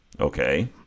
Okay